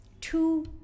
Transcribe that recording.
two